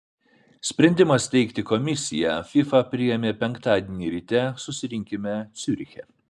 sprendimą steigti komisiją fifa priėmė penktadienį ryte susirinkime ciuriche